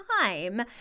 time